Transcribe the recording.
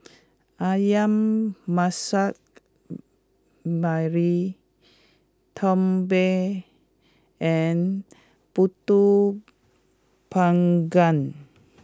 Ayam Masak Merah Tumpeng and Pulut Panggang